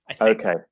okay